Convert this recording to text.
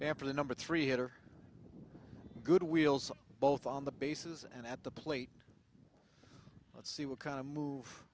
after the number three hitter good wheels both on the bases and at the plate let's see what kind of move